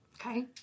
Okay